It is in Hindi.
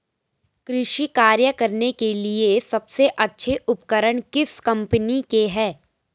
कृषि कार्य करने के लिए सबसे अच्छे उपकरण किस कंपनी के हैं?